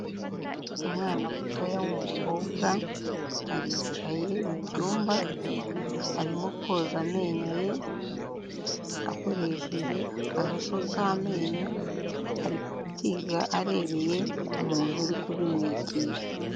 Umwana mutoya w'umukobwa aricaye mu cyumba arimo koza amenyo ye akoresheje akaroso k'amenyo ari kubyiga arebeye ku muntu uri kubimwigisha.